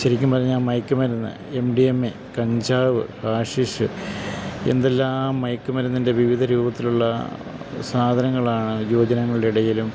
ശെരിക്കും പറഞ്ഞാൽ മയക്കുമരുന്ന് എം ഡി എം എ കഞ്ചാവ് കാഷിഷ് എന്തെല്ലാം മയക്കുമരുന്നിൻ്റെ വിവിധ രൂപത്തിലുള്ള സാധനങ്ങളാണ് യുവ ജനങ്ങളുടെ ഇടയിലും